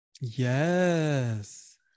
Yes